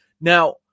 Now